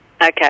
okay